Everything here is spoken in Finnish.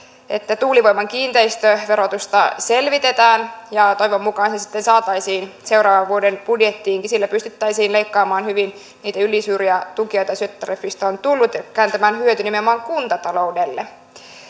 että tuulivoiman kiinteistöverotusta selvitetään ja toivon mukaan se sitten saataisiin seuraavan vuoden budjettiinkin sillä pystyttäisiin leikkaamaan hyvin niitä ylisuuria tukia joita syöttötariffista on tullut ja kääntämään hyöty nimenomaan kuntataloudelle